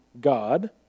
God